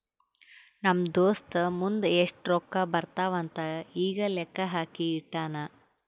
ನಮ್ ದೋಸ್ತ ಮುಂದ್ ಎಷ್ಟ ರೊಕ್ಕಾ ಬರ್ತಾವ್ ಅಂತ್ ಈಗೆ ಲೆಕ್ಕಾ ಹಾಕಿ ಇಟ್ಟಾನ್